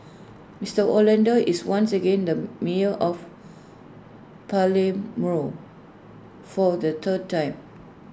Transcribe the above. Mister Orlando is once again the mayor of for the third time